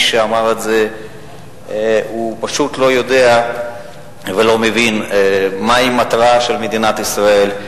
האיש שאמר את זה פשוט לא יודע ולא מבין מהי המטרה של מדינת ישראל,